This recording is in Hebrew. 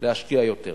להשקיע יותר.